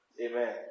Amen